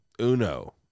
Uno